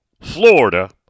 Florida